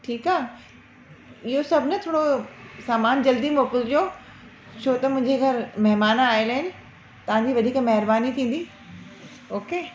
ठीकु आहे इहो सभु न थोरो सामान जल्दी मोकिलिजो छो त मुंहिंजे घर महिमान आयल आहिनि तव्हांजी वधीक महिरबानी थींदी ओके